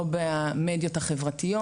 לא במדיות החברתיות,